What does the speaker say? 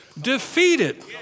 defeated